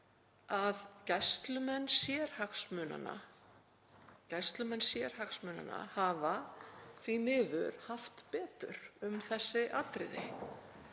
að gæslumenn sérhagsmunanna hafa því miður haft betur um þessi atriði.